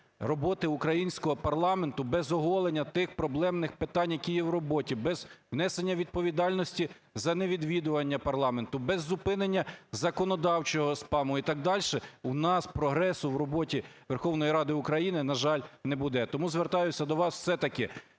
роботи українського парламенту, без оголення тих проблемних питань, які є в роботі, без внесення відповідальності за невідвідування парламенту, без зупинення законодавчого спаму і так дальше у нас прогресу в роботі Верховної Ради України, на жаль, не буде. Тому звертаюся до вас, все-таки